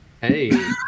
Hey